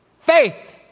Faith